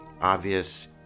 obvious